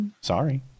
Sorry